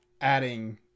adding